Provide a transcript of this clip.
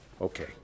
Okay